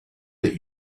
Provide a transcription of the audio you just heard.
that